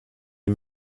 les